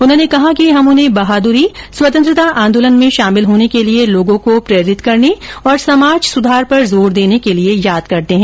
उन्होंने कहा कि हम उन्हें बहादुरी स्वतंत्रता आंदोलन में शामिल होने के लिए लोगों को प्रेरित करने और समाज सुधार पर जोर देने के लिए याद करते हैं